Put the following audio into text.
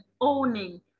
owning